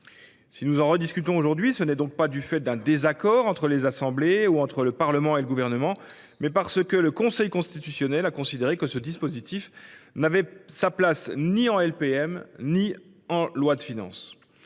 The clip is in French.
Si nous en rediscutons aujourd’hui, ce n’est donc pas du fait d’un désaccord entre les assemblées ou entre le Parlement et le Gouvernement. C’est parce que le Conseil constitutionnel a considéré que ce dispositif n’avait sa place ni en LPM ni en loi de finances.